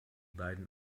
beiden